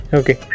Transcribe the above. okay